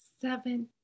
seven